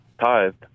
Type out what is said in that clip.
tithed